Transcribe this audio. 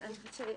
את יכולה לחזור?